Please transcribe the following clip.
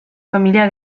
familia